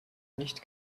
nicht